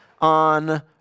on